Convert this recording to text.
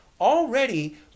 already